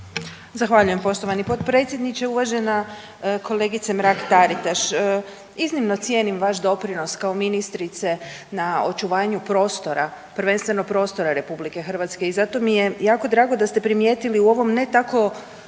Zahvaljujem poštovani potpredsjedniče, uvažena kolegice Mrak-Taritaš. Iznimno cijenim vaš doprinos kao ministrice na očuvanju prostora, prvenstveno prostora Republike Hrvatske i zato mi je jako drago da ste primijetili u ovom ne tako